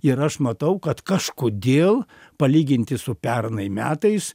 ir aš matau kad kažkodėl palyginti su pernai metais